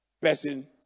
person